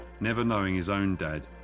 never knowing his own dad,